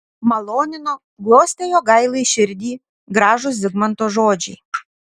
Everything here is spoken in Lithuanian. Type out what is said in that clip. malonino glostė jogailai širdį gražūs zigmanto žodžiai